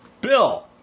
Bill